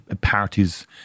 parties